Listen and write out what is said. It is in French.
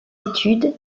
études